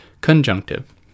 conjunctive